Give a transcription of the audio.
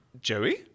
Joey